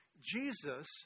Jesus